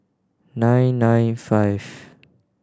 nine nine five